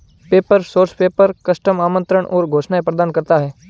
paper source paper, custom आमंत्रण और घोषणाएं प्रदान करता है